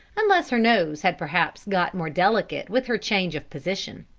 unless her nose had perhaps got more delicate with her change of position.